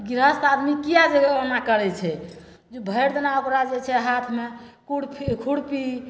गृहस्थ आदमी किएक जे ओना करै छै जे भरिदिना ओकरा जे छै हाथमे कुरपी खुरपी